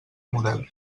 model